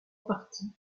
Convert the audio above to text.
partie